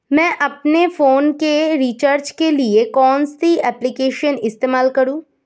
मैं अपने फोन के रिचार्ज के लिए कौन सी एप्लिकेशन इस्तेमाल करूँ?